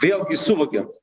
vėlgi suvokiant